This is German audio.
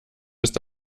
ist